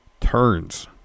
turns